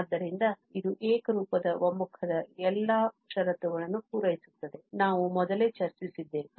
ಆದ್ದರಿಂದ ಇದು ಏಕರೂಪದ ಒಮ್ಮುಖದ ಎಲ್ಲಾ ಷರತ್ತುಗಳನ್ನು ಪೂರೈಸುತ್ತದೆ ನಾವು ಮೊದಲೇ ಚರ್ಚಿಸಿದ್ದೇವೆ